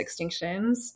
extinctions